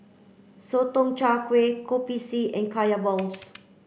Sotong Char Kway Kopi C and Kaya Born's